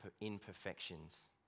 imperfections